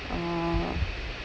uh